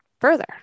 further